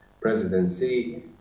presidency